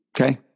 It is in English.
Okay